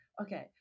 Okay